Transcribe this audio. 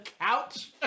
couch